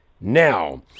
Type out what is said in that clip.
now